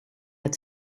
had